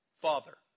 father